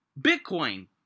bitcoin